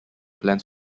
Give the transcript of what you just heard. plans